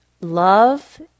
love